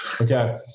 Okay